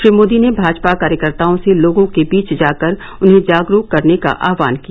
श्री मोदी ने भाजपा कार्यकर्ताओं से लोगों के बीच जाकर उन्हें जागरूक करने का आह्वान किया